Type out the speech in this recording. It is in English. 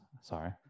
sorry